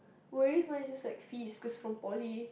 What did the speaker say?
worries mine is just like fees because from poly